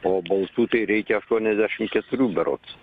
o balsų tai reikia aštuoniasdešim keturių berods